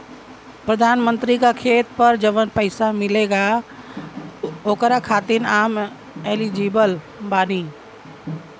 प्रधानमंत्री का खेत पर जवन पैसा मिलेगा ओकरा खातिन आम एलिजिबल बानी?